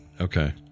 okay